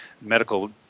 medical